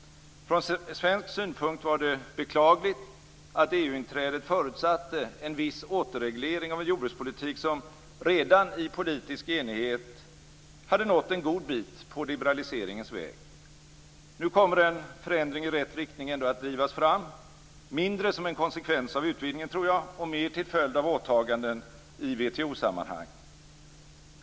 Från svensk synpunkt var det beklagligt att EU inträdet förutsatte en viss återreglering av en jordbrukspolitik som redan i politisk enighet hade nått en god bit på liberaliseringens väg. Nu kommer en förändring i rätt riktning ändå att drivas fram - mindre som en konsekvens av utvidgningen och mer till följd av åtaganden i WTO-sammanhang.